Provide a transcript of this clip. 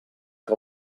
que